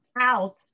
out